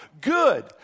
good